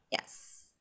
Yes